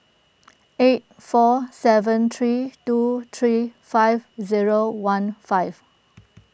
eight four seven three two three five zero one five